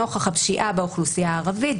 נוכח הפשיעה באוכלוסייה הערבית,